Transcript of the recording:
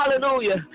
hallelujah